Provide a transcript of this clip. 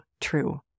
true